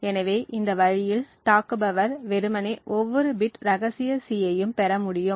எனவே இந்த வழியில் தாக்குபவர் வெறுமனே ஒவ்வொரு பிட் ரகசிய C யையும் பெற முடியும்